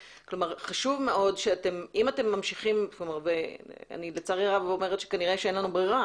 חשוב מאוד שאם אתם ממשיכים לצערי הרב אני אומרת שכנראה אין לנו ברירה